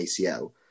ACL